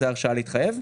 זאת הרשאה להתחייב.